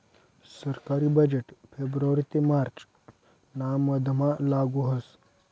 सरकारी बजेट फेब्रुवारी ते मार्च ना मधमा लागू व्हस